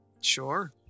Sure